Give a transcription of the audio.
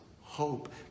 hope